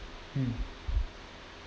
mm